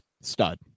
stud